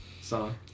song